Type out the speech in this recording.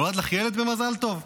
נולד לך ילד, במזל טוב?